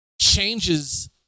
changes